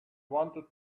wanted